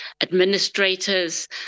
administrators